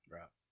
Right